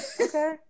Okay